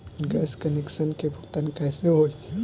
Gas connection के भुगतान कैसे होइ?